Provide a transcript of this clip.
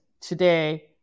today